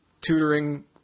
tutoring